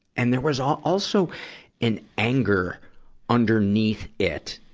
and there was um also an anger underneath it,